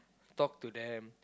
talk to them